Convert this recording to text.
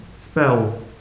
Spell